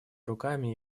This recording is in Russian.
руками